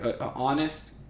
honest